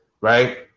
right